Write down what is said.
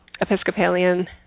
Episcopalian